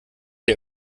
der